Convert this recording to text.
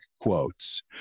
quotes